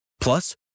Plus